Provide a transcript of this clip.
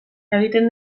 egiten